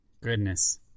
Goodness